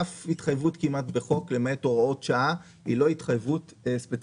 אף התחייבות כמעט בחוק למעט הוראות שעה היא לא התחייבות ספציפית.